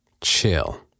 chill